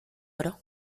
oro